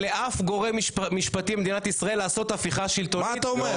אתם דואגים --- זה מופע סטנד-אפ.